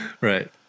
Right